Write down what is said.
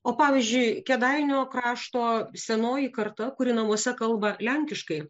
o pavyzdžiui kėdainių krašto senoji karta kuri namuose kalba lenkiškai